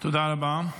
תודה רבה.